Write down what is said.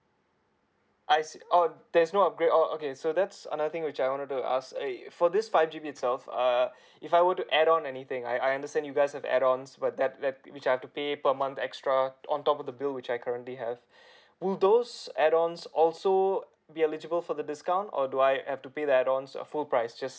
I see oh there's no upgrade oh okay so that's another thing which I wanted to ask err for this five G_B itself uh if I were to add on anything I I understand you guys have add ons but that that which I have to pay per month extra on top of the bill which I currently have would those add ons also be eligible for the discount or do I have to pay the add ons a full price just